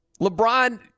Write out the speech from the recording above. LeBron